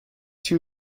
too